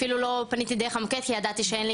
אפילו לא פניתי דרך המוקד כי ידעתי שאין לי